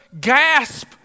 gasp